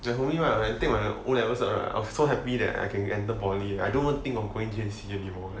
the moment I take my O levels I was so happy that I can enter poly I don't even think of going J_C anymore